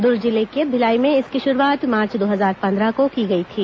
दुर्ग जिले के भिलाई में इसकी शुरूआत मार्च दो हजार पंद्रह को की गई थी